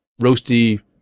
roasty